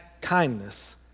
kindness